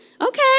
Okay